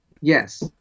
Yes